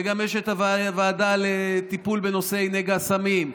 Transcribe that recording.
וגם יש ועדה לטיפול בנושא נגע הסמים,